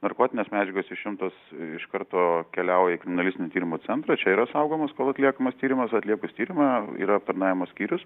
narkotinės medžiagos išimtos iš karto keliauja į kriminalistinių tyrimų centrą čia yra saugomos kol atliekamas tyrimas atliekus tyrimą yra aptarnavimo skyrius